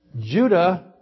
Judah